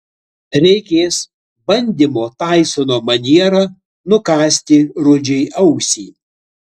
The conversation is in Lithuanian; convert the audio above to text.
reikės bandymo taisono maniera nukąsti rudžiui ausį